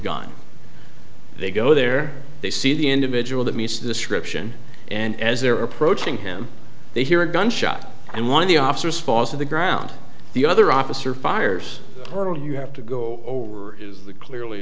gun they go there they see the individual that meets the description and as they're approaching him they hear a gunshot and one of the officers falls to the ground the other officer fires you have to go over is the clearly